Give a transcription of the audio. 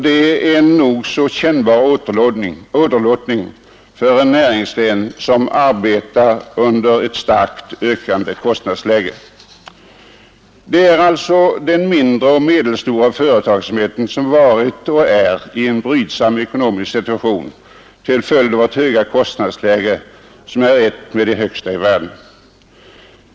Det är en nog så kännbar åderlåtning för en näringsgren som arbetar under ett starkt ökande kostnadsläge. Det är alltså den mindre och medelstora företagsamheten som varit och är i en brydsam ekonomisk situation till följd av vårt höga kostnadsläge, som är ett av de högsta i världen.